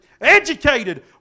educated